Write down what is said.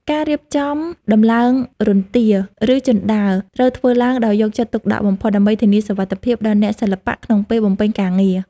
ការរៀបចំដំឡើងរន្ទា ឬជណ្ដើរត្រូវធ្វើឡើងដោយយកចិត្តទុកដាក់បំផុត ដើម្បីធានាសុវត្ថិភាពដល់អ្នកសិល្បៈក្នុងពេលបំពេញការងារ។